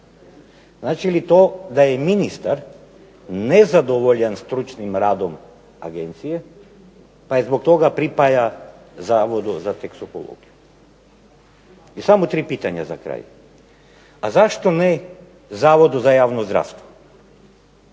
Znači li to da je ministar nezadovoljan stručnim radom agencije, pa je zbog toga pripaja Zavodu za toksikologiju. I samo tri pitanja za kraj. A zašto ne Zavodu za javno zdravstvo?